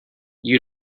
you